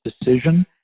decision